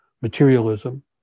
materialism